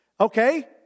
okay